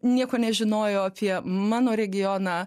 nieko nežinojo apie mano regioną